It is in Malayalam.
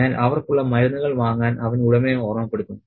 അതിനാൽ അവർക്കുള്ള മരുന്നുകൾ വാങ്ങാൻ അവൻ ഉടമയെ ഓർമ്മപ്പെടുത്തുന്നു